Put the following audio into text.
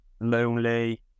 lonely